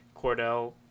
Cordell